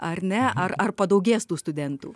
ar ne ar ar padaugės tų studentų